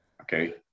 Okay